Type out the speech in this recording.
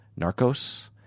Narcos